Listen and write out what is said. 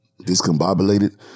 discombobulated